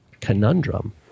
conundrum